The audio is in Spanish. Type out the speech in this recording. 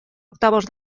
octavos